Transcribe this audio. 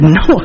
no